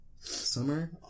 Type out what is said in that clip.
Summer